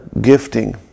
gifting